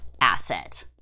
asset